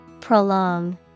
Prolong